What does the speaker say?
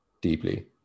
deeply